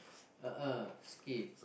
a'ah skip